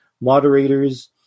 moderators